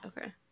Okay